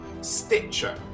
Stitcher